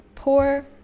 Poor